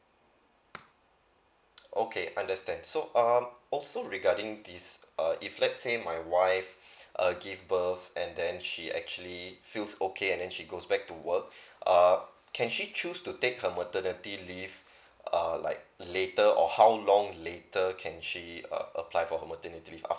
okay understand so um also regarding this uh if let's say my wife uh give birth and then she actually feels okay and she goes back to work uh can she choose to take her maternity leave uh like later or how long later can she uh apply for the maternity leave